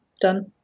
done